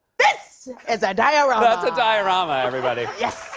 this is a diorama. that's a diorama, everybody. yes.